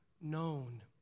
known